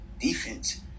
defense